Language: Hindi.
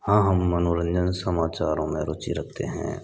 हाँ हम मनोरंजन समाचारों में रुचि रखते हैं